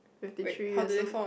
fifty three year old